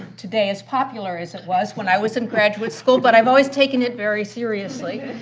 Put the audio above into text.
today, as popular as it was when i was in graduate school. but i've always taken it very seriously.